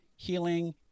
Healing